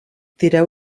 tireu